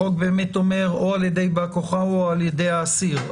החוק באמת אומר: או על-ידי בא-כוחו או על-ידי האסיר.